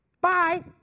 Bye